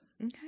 Okay